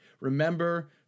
Remember